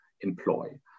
employ